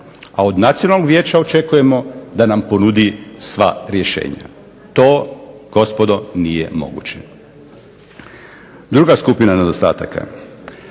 A od Nacionalnog vijeća očekujemo da nam ponudi sva rješenja. To gospodo nije moguće. Druga skupina nedostataka.